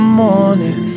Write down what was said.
morning